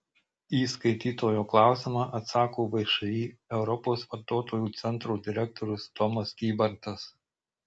į skaitytojo klausimą atsako všį europos vartotojų centro direktorius tomas kybartas